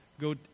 Go